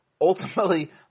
ultimately